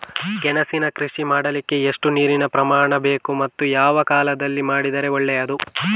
ಗೆಣಸಿನ ಕೃಷಿ ಮಾಡಲಿಕ್ಕೆ ಎಷ್ಟು ನೀರಿನ ಪ್ರಮಾಣ ಬೇಕು ಮತ್ತು ಯಾವ ಕಾಲದಲ್ಲಿ ಮಾಡಿದರೆ ಒಳ್ಳೆಯದು?